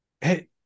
Hey